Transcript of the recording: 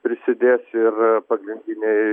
prisidės ir pagrindiniai